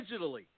digitally